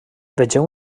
vegeu